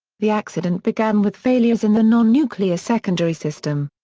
the accident began with failures in the non-nuclear secondary system,